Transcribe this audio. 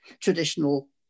traditional